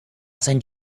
send